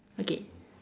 okay